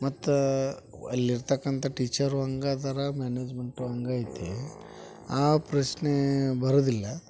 ಮತ್ತು ಅಲ್ಲಿರ್ತಕ್ಕಂಥ ಟೀಚರೂ ಹಂಗ ಅದಾರ ಮ್ಯಾನೇಜ್ಮೆಂಟೂ ಹಂಗ ಐತಿ ಆ ಪ್ರಶ್ನೆ ಬರುವುದಿಲ್ಲ